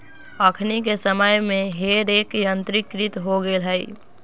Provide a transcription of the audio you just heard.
अखनि के समय में हे रेक यंत्रीकृत हो गेल हइ